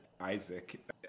isaac